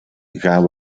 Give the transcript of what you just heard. gaan